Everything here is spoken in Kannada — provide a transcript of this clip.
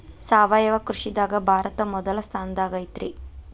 ಸಾವಯವ ಕೃಷಿದಾಗ ಭಾರತ ಮೊದಲ ಸ್ಥಾನದಾಗ ಐತ್ರಿ